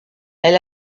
elle